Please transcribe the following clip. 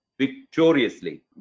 victoriously